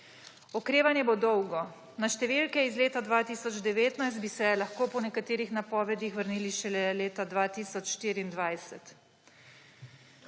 Okrevanje bo dolgo. Na številke iz leta 2019 bi se lahko po nekaterih napovedih vrnili šele leta 2024.